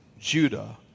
Judah